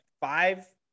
five